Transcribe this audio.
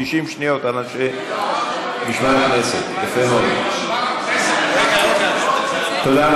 משמר הכנסת, תודה.